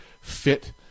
fit